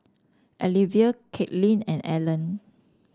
Alivia Katelin and Allan